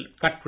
cut